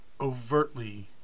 overtly